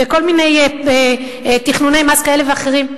וכל מיני תכנוני מס כאלה ואחרים.